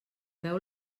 feu